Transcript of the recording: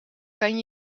kan